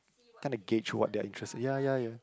kinda guage what their interest ya ya ya